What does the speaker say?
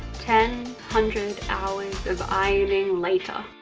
ten hundred hours of ironing later.